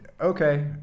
okay